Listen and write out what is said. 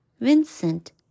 Vincent